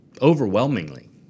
Overwhelmingly